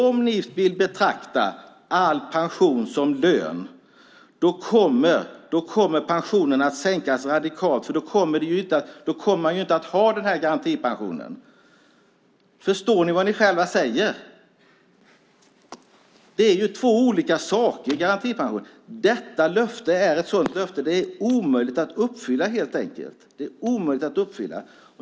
Om ni vill betrakta all pension som lön kommer pensionerna att sänkas radikalt, för då kommer man inte att ha den här garantipensionen. Förstår ni vad ni själva säger? Det är ju två olika saker. Detta löfte är ett sådant löfte som helt enkelt är omöjligt att uppfylla.